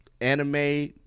anime